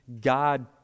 God